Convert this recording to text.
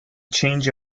change